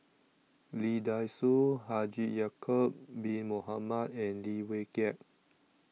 Lee Dai Soh Haji Ya'Acob Bin Mohamed and Lim Wee Kiak